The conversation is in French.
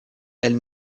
elle